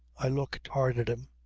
i looked hard at him.